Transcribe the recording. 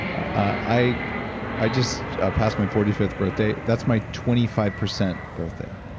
i i just passed my forty fifth birthday. that's my twenty five percent birthday.